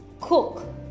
cook